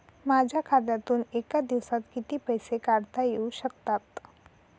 माझ्या खात्यातून एका दिवसात किती पैसे काढता येऊ शकतात?